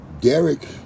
Derek